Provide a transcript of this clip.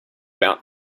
about